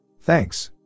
Thanks